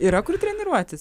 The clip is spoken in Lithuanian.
yra kur treniruotis